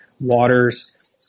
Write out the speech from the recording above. waters